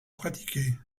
pratiquer